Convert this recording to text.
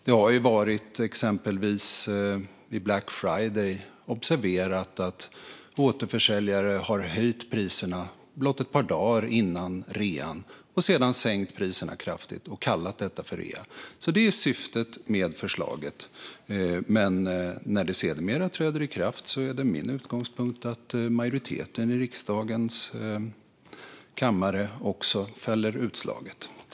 Det har exempelvis vid Black Friday varit observerat att återförsäljare har höjt priserna blott ett par dagar innan rean och sedan sänkt priserna kraftigt och kallat detta för rea. Det är syftet med förslaget. När det sedermera träder i kraft är det min utgångspunkt att majoriteten i riksdagens kammare fäller utslaget.